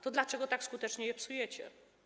To dlaczego tak skutecznie je psujecie?